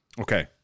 Okay